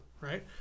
right